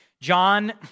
John